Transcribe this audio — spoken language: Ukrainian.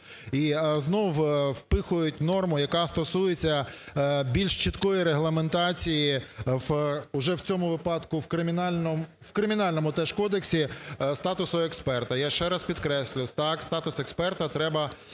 І знов впихують норму, яка стосується більш чіткої регламентації, уже в цьому випадку в кримінальному теж кодексі, статусу експерта. Я ще раз підкреслюю, статус експерта треба